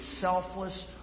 selfless